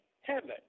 heaven